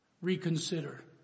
reconsider